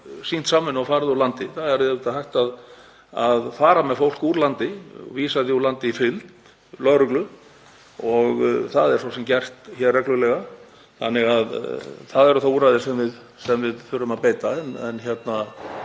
sýnt samvinnu og farið úr landi. Það er hægt að fara með fólk úr landi, vísa því úr landi í fylgd lögreglu og það er svo sem gert hér reglulega þannig að það er það úrræði sem við þurfum að beita. En